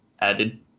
added